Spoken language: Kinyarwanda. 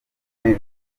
hamwe